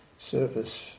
service